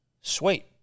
sweet